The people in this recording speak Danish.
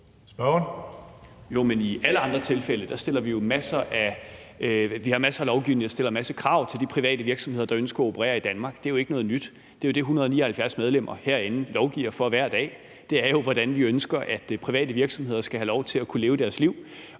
(DF): Jo, men i alle andre tilfælde har vi masser af lovgivning, der stiller en masse krav til de private virksomheder, der ønsker at operere i Danmark. Det er jo ikke noget nyt; det er jo det, 179 medlemmer herinde lovgiver for hver dag – det er jo, hvordan vi ønsker at private virksomheder skal have lov til at kunne leve deres liv